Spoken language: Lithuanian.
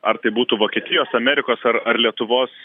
ar tai būtų vokietijos amerikos ar ar lietuvos